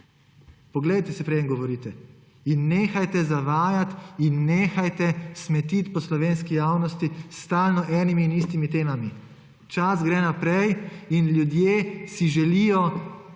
Poglejte si, preden govorite. Nehajte zavajati in nehajte smetiti po slovenski javnosti stalno z enimi in istimi temami. Čas gre naprej in ljudje si želijo,